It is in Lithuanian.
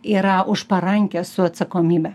yra už parankės su atsakomybe